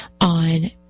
on